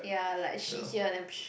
ya like shit here and then psh